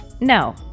No